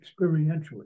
experientially